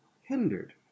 hindered